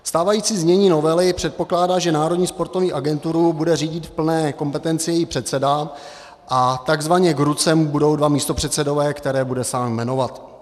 Stávající znění novely předpokládá, že národní sportovní agenturu bude řídit v plné kompetenci její předseda a tzv. k ruce mu budou dva místopředsedové, které bude sám jmenovat.